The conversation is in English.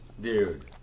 dude